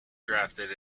drafted